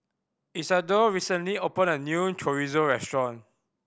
Isadore recently opened a new Chorizo Restaurant